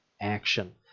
action